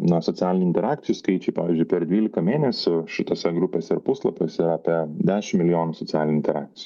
na socialinių interakcijų skaičiai pavyzdžiui per dvyliką mėnesių šitose grupėse ir puslapiuose apie dešimt milijonų socialinių interakcij